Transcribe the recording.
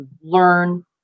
learn